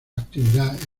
actividad